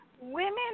women